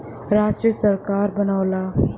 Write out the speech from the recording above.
राष्ट्रीय सरकार बनावला